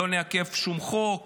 לא נעכב שום חוק,